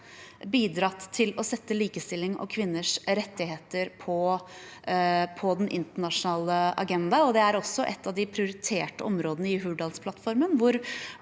bidratt til å sette likestilling og kvinners rettigheter på den internasjonale agendaen. Det er også et av de prioriterte områdene i Hurdalsplattformen,